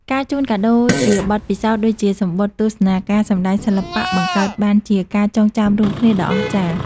ការជូនកាដូជាបទពិសោធន៍ ដូចជាសំបុត្រទស្សនាការសម្ដែងសិល្បៈ បង្កើតបានជាការចងចាំរួមគ្នាដ៏អស្ចារ្យ។